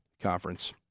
conference